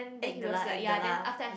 act 的 lah act 的 lah